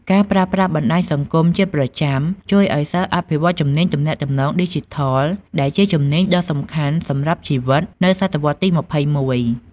ការប្រើប្រាស់បណ្ដាញសង្គមជាប្រចាំជួយឱ្យសិស្សអភិវឌ្ឍជំនាញទំនាក់ទំនងឌីជីថល ដែលជាជំនាញដ៏សំខាន់សម្រាប់ជីវិតនៅសតវត្សរ៍ទី ២១។